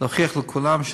להוכיח לכולם,